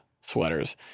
sweaters